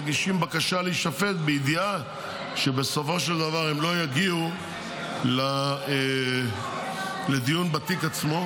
מגישים בקשה להישפט בידיעה שבסופו של דבר הם לא יגיעו לדיון בתיק עצמו.